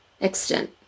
extent